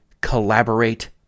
Collaborate